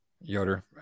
Yoder